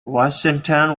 washington